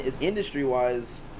industry-wise